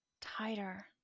Tighter